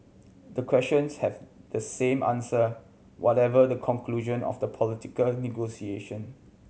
the questions have the same answer whatever the conclusion of the political negotiation